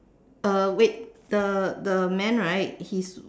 uh wait the the man right he's